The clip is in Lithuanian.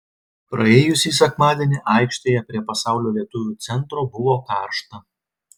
praėjusį sekmadienį aikštėje prie pasaulio lietuvių centro buvo karšta